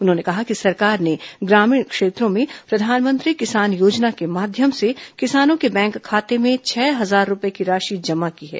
उन्होंने कहा कि सरकार ने ग्रामीण क्षेत्रों में प्रधानमंत्री किसान योजना के माध्यम से किसानों के बैंक खाते में छह हजार रूपए की राशि जमा की है